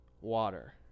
water